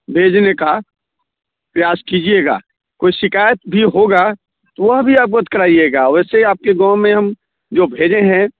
भेजने का प्रयास कीजिएगा कोई शिकायत भी होगा वह भी अवगत कराईएगा वैसे आपके गाँव में हम जो भेजे हैं